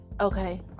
Okay